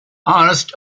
honest